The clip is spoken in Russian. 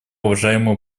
уважаемому